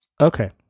Okay